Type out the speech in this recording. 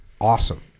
awesome